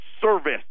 service